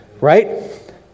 right